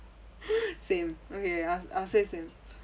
same okay I'll I'll say same